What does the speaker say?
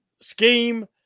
scheme